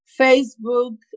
Facebook